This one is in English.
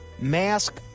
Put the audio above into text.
mask